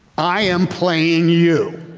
i am playing you.